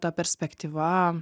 ta perspektyva